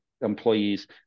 employees